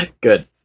Good